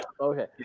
Okay